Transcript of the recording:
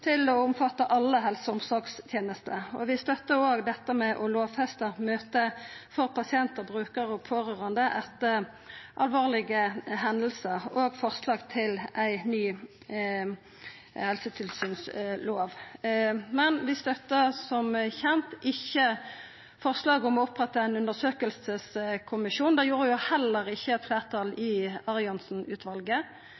til å omfatta alle helse- og omsorgstenester. Vi støttar òg dette med å lovfesta møte for pasient, brukar og pårørande etter alvorlege hendingar og forslag til ei ny helsetilsynslov, men vi støttar som kjent ikkje forslaget om å oppretta ein undersøkingskommisjon. Det gjorde heller ikkje eit fleirtal i